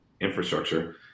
infrastructure